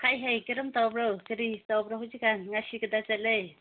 ꯍꯥꯏ ꯍꯥꯏ ꯀꯔꯝ ꯇꯧꯕ꯭ꯔꯣ ꯀꯔꯤ ꯇꯧꯕ꯭ꯔꯣ ꯍꯧꯖꯤꯛ ꯀꯥꯟ ꯉꯁꯤ ꯀꯗꯥꯏ ꯆꯠꯂꯦ